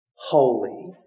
holy